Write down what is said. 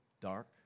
dark